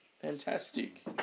Fantastic